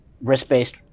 risk-based